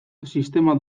sistema